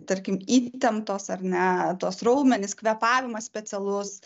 tarkim įtemptos ar ne tuos raumenis kvėpavimas specialus